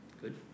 Good